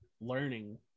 learning